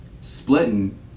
splitting